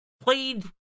Played